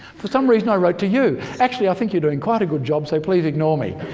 for some reason i wrote to you. actually, i think you're doing quite a good job so please ignore me